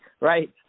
right